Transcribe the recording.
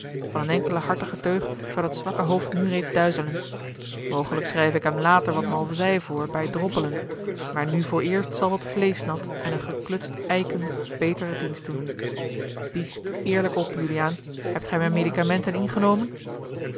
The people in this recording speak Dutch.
van eene enkele hartige teug zou dat zwakke hoofd nu reeds duizelen mogelijk schrijve ik hem later wat malvezy voor bij droppelen maar nu vooreerst zal wat vleeschnat en een geklutst eiken beteren dienst doen biecht eerlijk op juliaan hebt gij mijne medicamenten ingenomen